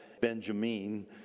Benjamin